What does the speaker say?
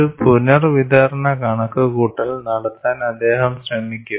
ഒരു പുനർവിതരണ കണക്കുകൂട്ടൽ നടത്താൻ അദ്ദേഹം ശ്രമിക്കും